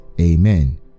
Amen